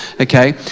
Okay